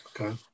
Okay